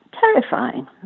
Terrifying